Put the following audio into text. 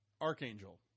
Archangel